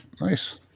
Nice